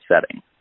setting